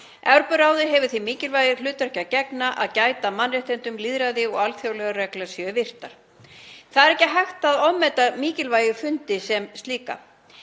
Evrópuráðið hefur því mikilvæga hlutverki að gegna að gæta að mannréttindum, lýðræði og að alþjóðlegar reglur séu virtar. Það er ekki hægt að ofmeta mikilvægi fundi sem þessa.